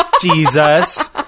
Jesus